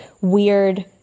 weird